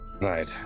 Right